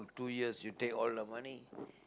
two years you take all the money